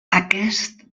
aquest